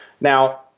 Now